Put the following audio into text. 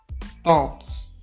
thoughts